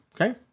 okay